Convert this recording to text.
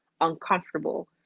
uncomfortable